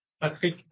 Patrick